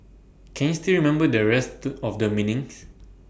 can you still remember the rest of the meanings